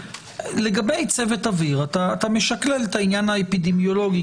לגבי צוות אוויר אתה משקלל את העניין האפידמיולוגי